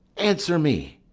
answer me!